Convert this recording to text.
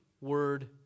word